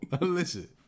Listen